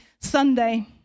Sunday